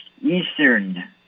Eastern